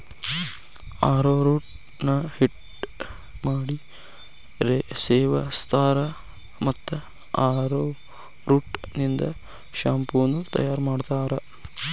arrowroot ನ ಹಿಟ್ಟ ಮಾಡಿ ಸೇವಸ್ತಾರ, ಮತ್ತ ಅರೋರೂಟ್ ನಿಂದ ಶಾಂಪೂ ನು ತಯಾರ್ ಮಾಡ್ತಾರ